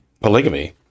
polygamy